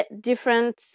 different